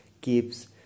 keeps